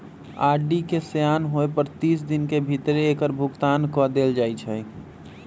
RD के सेयान होय पर तीस दिन के भीतरे एकर भुगतान क देल जाइ छइ